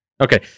Okay